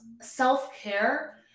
self-care